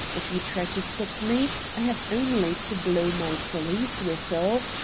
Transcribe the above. if you try to stop me i have only to blow my police-whistle